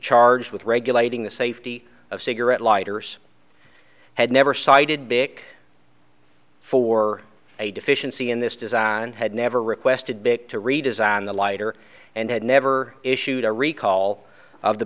charged with regulating the safety of cigarette lighters had never cited big for a deficiency in this design had never requested big to redesign the lighter and had never issued a recall of the